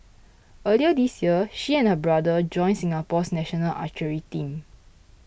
earlier this year she and her brother joined Singapore's national archery team